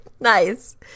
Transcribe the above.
Nice